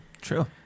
True